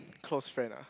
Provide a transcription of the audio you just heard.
close friend ah